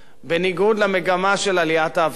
בניגוד למגמה של עליית האבטלה,